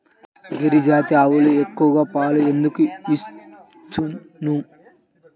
గిరిజాతి ఆవులు ఎక్కువ పాలు ఎందుకు ఇచ్చును?